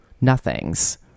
nothings